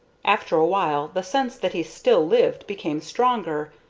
after a while the sense that he still lived became stronger,